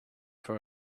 for